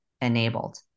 enabled